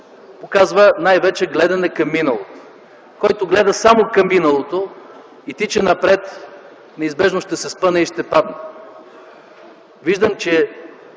показва най-вече гледане към миналото. Който гледа само към миналото и тича напред, неизбежно ще се спъне и ще падне. Виждам, че